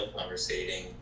conversating